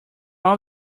all